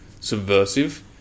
subversive